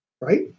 right